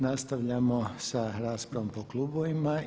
Nastavljamo sa raspravom po klubovima.